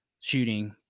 shooting